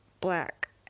black